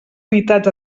unitats